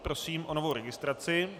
Prosím o novou registraci.